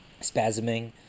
spasming